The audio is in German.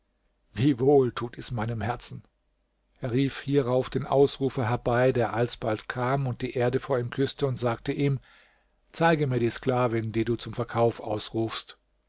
wie wohl tut dies meinem herzen er rief hierauf den ausrufer herbei der alsbald kam und die erde vor ihm küßte und sagte ihm zeige mir die sklavin die du zum verkauf ausrufst